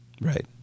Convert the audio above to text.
Right